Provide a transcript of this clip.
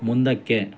ಮುಂದಕ್ಕೆ